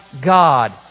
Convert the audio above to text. God